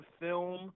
film